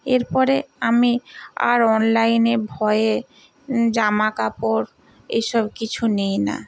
এর পরে আমি আর অনলাইনে ভয়ে জামা কাপড় এ সব কিছু নিই না